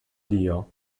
dio